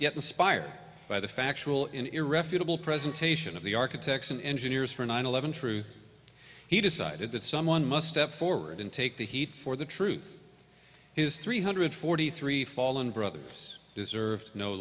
inspired by the factual irrevocable presentation of the architects and engineers for nine eleven truth he decided that someone must step forward and take the heat for the truth his three hundred forty three fallen brothers deserved no